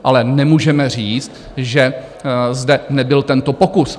Ale nemůžeme říct, že zde nebyl tento pokus.